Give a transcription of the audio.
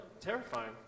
terrifying